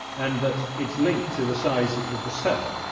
and that it's linked to the size of the cell.